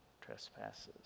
trespasses